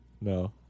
No